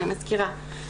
אני מזכירה.